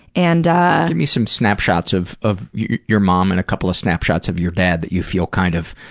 and me some snapshots of of your mom and a couple of snapshots of your dad that you feel kind of